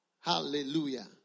Hallelujah